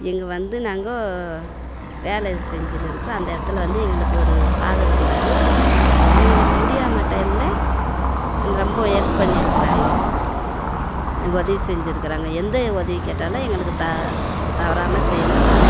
இங்கே வந்து நாங்க வேலை செஞ்சுன்னு இருக்குறோம் அந்த இடத்துல வந்து எங்களுக்கு ஒரு ஃபாதர் இருந்தார் எங்களுக்கு முடியாத டைமில் ரொம்ப ஹெல்ப் பண்ணியிருக்குறாங்கோ உதவி செஞ்சுருக்குறாங்க எந்த உதவி கேட்டாலும் எங்களுக்கு த தவறாமல் செய்கிறாங்கோ